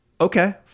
Okay